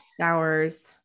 hours